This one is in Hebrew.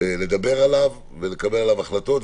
לדבר עליו ולקבל עליו החלטות.